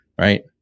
right